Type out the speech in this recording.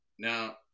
Now